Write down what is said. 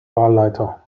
wahlleiter